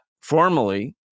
formally